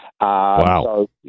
Wow